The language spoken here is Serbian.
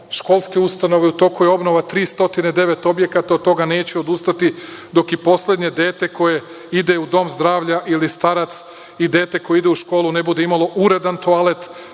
školske ustanove. U toku je obnova 309 objekata, od toga neću odustati, dok i poslednje dete koje ide u dom zdravlja ili starac i dete ide u školu ne bude imalo uredan toalet,